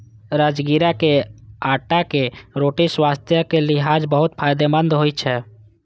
राजगिरा के आटाक रोटी स्वास्थ्यक लिहाज बहुत फायदेमंद होइ छै